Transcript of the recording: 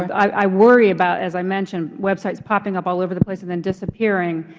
i worry about, as i mentioned, web sites popping up all over the place and then disappearing,